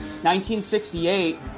1968